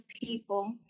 people